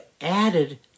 added